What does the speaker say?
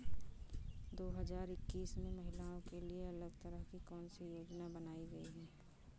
दो हजार इक्कीस में महिलाओं के लिए अलग तरह की कौन सी योजना बनाई गई है?